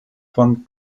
von